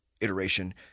iteration